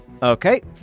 Okay